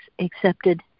accepted